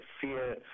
fear